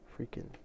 freaking